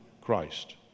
Christ